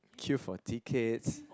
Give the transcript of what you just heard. queue for tickets